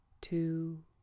two